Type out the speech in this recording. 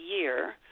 year